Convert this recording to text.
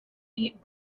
eat